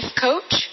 coach